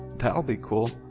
that'll be cool.